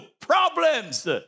problems